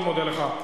אני מאוד מודה לך.